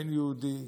בן יהודי,